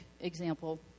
example